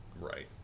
Right